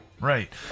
Right